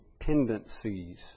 tendencies